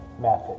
method